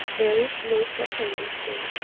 there is no separation.